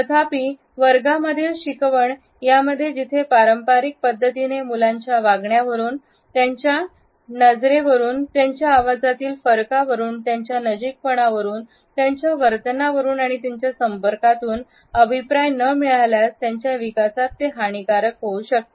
तथापि वर्गांमधील शिकवण यामध्ये जिथे हे पारंपारिक पद्धतीने मुलांच्या वागण्यावरून त्यांच्या नजरे वरून त्यांच्या आवाजातील फरकावरून त्यांच्या नजीक पणा वरून त्यांच्या वर्तनावरून आणि त्यांच्या संपर्कातून अभिप्राय न मिळाल्यास त्यांच्या विकासात हे हानिकारक होऊ शकते